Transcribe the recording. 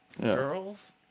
Girls